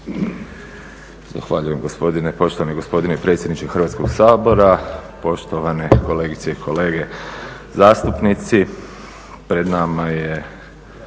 Zahvaljujem poštovani gospodine predsjedniče Hrvatskog sabora. Poštovane kolegice i kolege zastupnici. Pred nama je